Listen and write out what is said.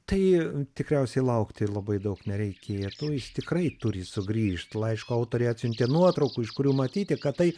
tai tikriausiai laukti labai daug nereikėtų jis tikrai turi sugrįžt laiško autoriai atsiuntė nuotraukų iš kurių matyti kad tai